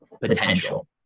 potential